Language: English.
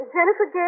Jennifer